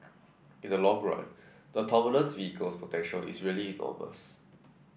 in the long run the autonomous vehicles potential is really enormous